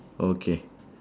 okay